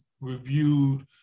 reviewed